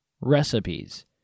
recipes